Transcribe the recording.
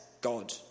God